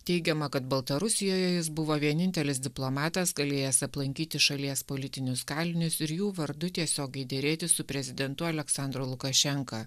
teigiama kad baltarusijoje jis buvo vienintelis diplomatas galėjęs aplankyti šalies politinius kalinius ir jų vardu tiesiogiai derėtis su prezidentu aleksandru lukašenka